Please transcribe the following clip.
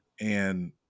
And-